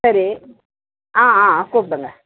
சரி ஆ ஆ கூப்பிடுங்க